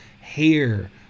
hair